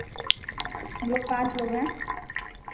हम लोग पाँच लोग हैं